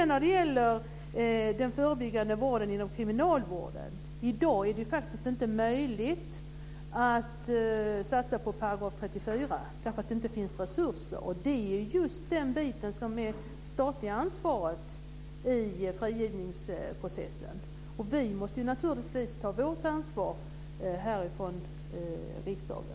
När det gäller den förebyggande vården inom kriminalvården är det i dag inte möjligt att satsa på 34 §. Det finns nämligen inte resurser. Och det är just den biten som är det statliga ansvaret i frigivningsprocessen. Vi måste naturligtvis ta vårt ansvar här ifrån riksdagen.